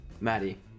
Maddie